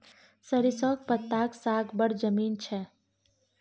सरिसौंक पत्ताक साग बड़ नीमन छै